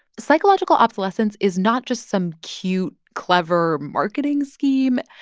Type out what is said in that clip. psychological obsolescence is not just some cute, clever marketing scheme.